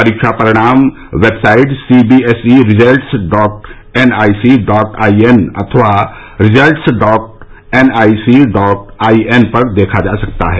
परीक्षा परिणाम website CBSE results dot NIC dot IN अथवा results dot NIC dot IN पर देखा जा सकता है